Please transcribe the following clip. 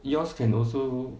yours can also